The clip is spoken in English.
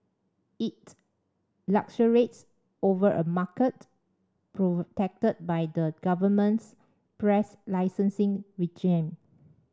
it luxuriates over a market protected by the government's press licensing regime